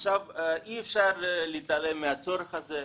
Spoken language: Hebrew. אי אפשר להתעלם מהצורך הזה.